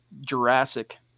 Jurassic